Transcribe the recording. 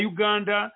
Uganda